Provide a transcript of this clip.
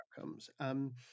outcomes